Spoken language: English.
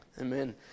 Amen